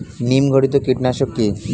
নিম ঘটিত কীটনাশক কি?